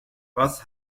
was